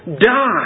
die